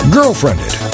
Girlfriended